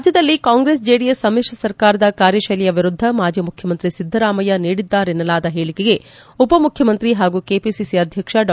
ರಾಜ್ಞದಲ್ಲಿ ಕಾಂಗ್ರೆಸ್ ಜೆಡಿಎಸ್ ಸಮಿಶ್ರ ಸರ್ಕಾರದ ಕಾರ್ಯಶೈಲಿಯ ವಿರುದ್ದ ಮಾಜಿ ಮುಖ್ಯಮಂತ್ರಿ ಸಿದ್ದರಾಮಯ್ಯ ನೀಡಿದ್ದಾರೆನ್ನಲಾದ ಹೇಳಿಕೆಗೆ ಉಪ ಮುಖ್ಯಮಂತ್ರಿ ಹಾಗೂ ಕೆಪಿಸಿಸಿ ಅಧ್ಯಕ್ಷ ಡಾ